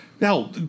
Now